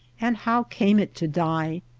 and how came it to die?